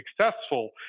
successful